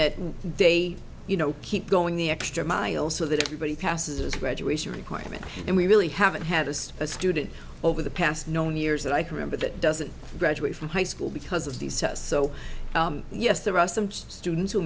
that they you know keep going the extra mile so that everybody passes the graduation requirement and we really haven't had as a student over the past nine years that i can remember that doesn't graduate from high school because of these tests so yes there are some students who